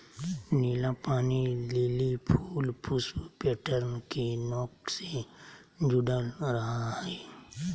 नीला पानी लिली फूल पुष्प पैटर्न के नोक से जुडल रहा हइ